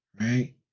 right